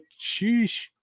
Sheesh